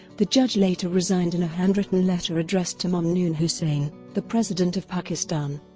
the judge later resigned in a handwritten letter addressed to mamnoon hussain, the president of pakistan,